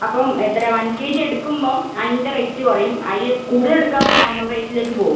അപ്പം എത്രയാണ് one K G എടുക്കുമ്പം അതിൻ്റെ റേറ്റ് കുറയും അതിൽ കൂടുതൽ എടുക്കുകയാണെങ്കിൽ നോർമൽ റേറ്റിലേക്ക് പോവും